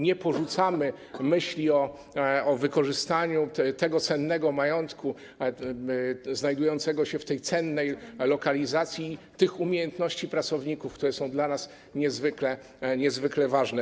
Nie porzucamy myśli o wykorzystaniu tego cennego majątku, który znajduje się w tej cennej lokalizacji, tych umiejętności pracowników, które są dla nas niezwykle ważne.